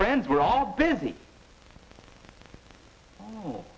friends were all busy